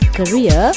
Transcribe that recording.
career